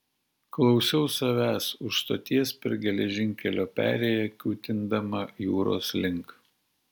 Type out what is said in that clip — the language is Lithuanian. klausiau savęs už stoties per geležinkelio perėją kiūtindama jūros link